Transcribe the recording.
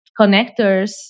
connectors